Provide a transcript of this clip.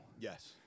Yes